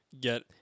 get